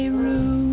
room